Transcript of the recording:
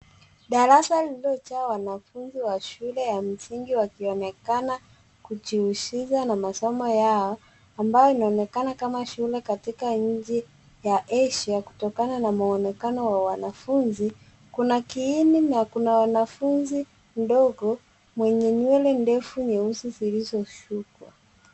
Darasa lililojaa wanafunzi wa shule ya msingi wakionekana kujihusisha na masomo yao, ambayo inaonekana kama shule katika nchi ya Asia kutokana na mwonekano ya wanafunzi. Kuna kiini na kuna mwanafunzi mdogo mwenye nywele ndefu nyeusi zilizoshukwa.